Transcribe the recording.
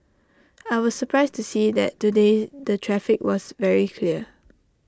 I was surprised to see that today the traffic was very clear